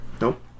Nope